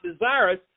desirous